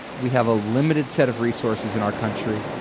we have a limited set of resources in our country.